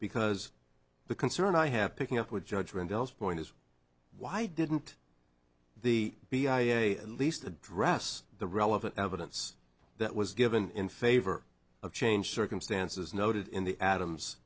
because the concern i have picking up with judgement else point is why didn't the b i a least address the relevant evidence that was given in favor of change circumstances noted in the adams